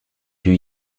lui